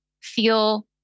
feel